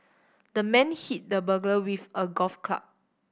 the man hit the burglar with a golf club